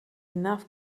enough